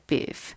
Beef